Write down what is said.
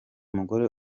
mugore